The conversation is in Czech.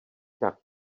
tak